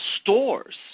stores